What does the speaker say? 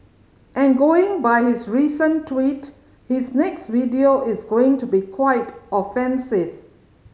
and going by his recent tweet his next video is going to be quite offensive